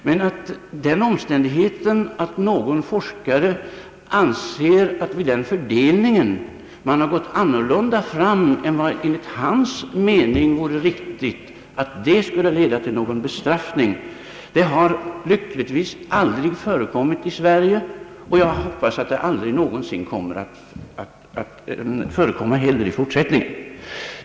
Men att den omständigheten att någon forskare anser att man vid fördelningen av anslag har gått annorlunda fram än vad som enligt hans uppfattning vore riktigt skulle leda till någon bestraffning har lyckligtvis aldrig förekommit i Sverige, och jag hoppas att det inte heller i fortsättningen någonsin skall förekomnia.